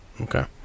Okay